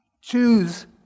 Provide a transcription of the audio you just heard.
Choose